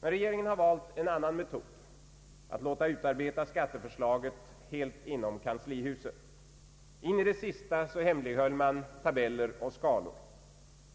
Men regeringen har valt en annan metod: att låta utarbeta skatteförslaget helt inom kanslihuset. In i det sista hemlighöll man tabeller och skalor.